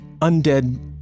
undead